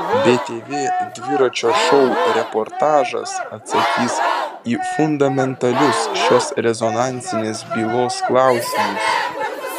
btv dviračio šou reportažas atsakys į fundamentalius šios rezonansinės bylos klausymus